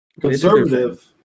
Conservative